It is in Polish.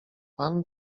pan